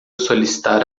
solicitar